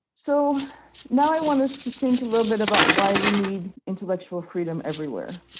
so now i want us to think a little bit about why we need intellectual freedom everywhere.